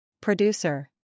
Producer